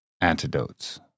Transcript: antidotes